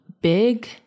big